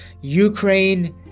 Ukraine